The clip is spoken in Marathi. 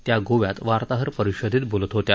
त्या गोव्यात वार्ताहर परिषदेत बोलत होत्या